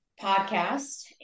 podcast